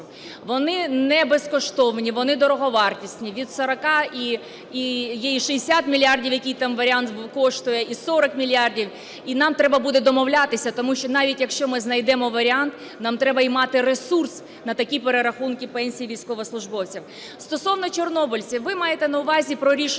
Вони не безкоштовні, вони дороговартісні, від 40, є й 60 мільярдів, який там варіант коштує, і 40 мільярдів. І нам треба буде домовлятися, тому що навіть якщо ми знайдемо варіант, нам треба і мати ресурс на такі перерахунки пенсій військовослужбовцям. Стосовно чорнобильців. Ви маєте на увазі про рішення